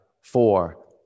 four